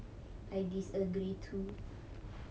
I disagree too